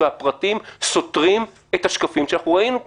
והפרטים סותרים את השקפים שאנחנו ראינו פה.